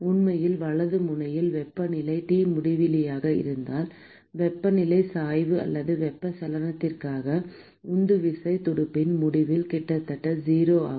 உண்மையில் வலது முனையில் வெப்பநிலை T முடிவிலியாக இருந்தால் வெப்பநிலை சாய்வு அல்லது வெப்பச்சலனத்திற்கான உந்துவிசை துடுப்பின் முடிவில் கிட்டத்தட்ட 0 ஆகும்